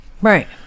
Right